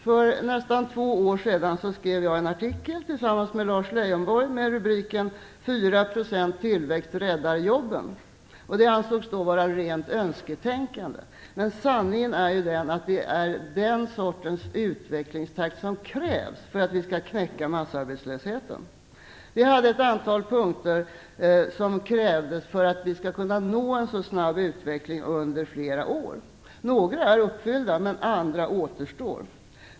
För nästan två år sedan skrev jag en artikel tillsammans med Lars Leijonborg med rubriken 4 % tillväxt räddar jobben. Det ansågs då vara rent önsketänkande. Men sanningen är att det är den sortens utvecklingstakt som krävs om vi skall knäcka massarbetslösheten. Det var ett antal punkter som krävdes för att vi skall kunna nå en så snabb utveckling under flera år. Några är uppfyllda, men andra återstår.